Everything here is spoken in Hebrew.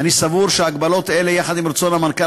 אני רוצה להודות לכל אנשי הממלכה,